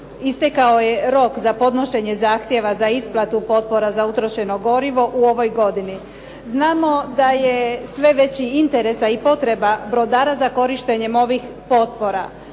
istekao je rok za podnošenje zahtjeva za isplatu potpora za utrošeno gorivo u ovoj godini. Znamo da je sve veći interes, a i potreba brodara za korištenjem ovih potpora.